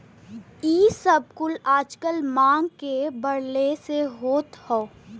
इ सब कुल आजकल मांग के बढ़ले से होत हौ